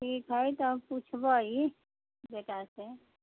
ठीक हइ तऽ हम पुछ्बै बेटासँ